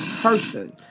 person